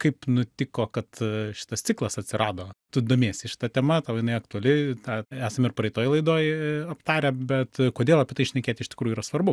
kaip nutiko kad šitas ciklas atsirado tu domiesi šita tema tau jinai aktuali tą esam ir praeitoj laidoj aptarę bet kodėl apie tai šnekėti iš tikrųjų yra svarbu